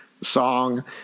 song